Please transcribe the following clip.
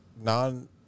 non